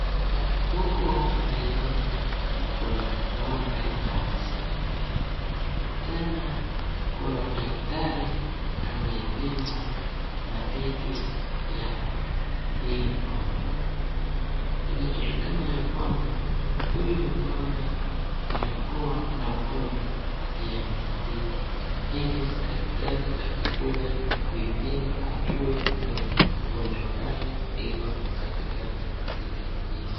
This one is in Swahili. Huku naiona kuna ng'ombe ya maziwa, tena kuna daktari anaipima matiti ya hii ng'ombe. Inajulikana ya kwamba huyu ng'ombe alikuwa na ugonjwa ya matiti ili daktari akakuja kuipima ajuwe ni ugonjwa gani iko katika matiti hii.